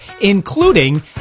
including